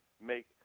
make